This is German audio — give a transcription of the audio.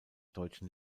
deutschen